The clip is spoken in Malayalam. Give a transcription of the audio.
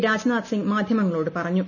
രാജ്നാഥ് സിംഗ് മാധ്യമങ്ങളോട് പറഞ്ഞു